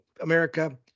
America